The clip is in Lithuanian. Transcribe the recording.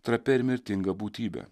trapia ir mirtinga būtybė